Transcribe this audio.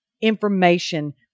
Information